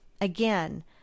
again